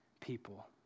people